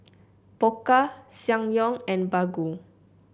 Pokka Ssangyong and Baggu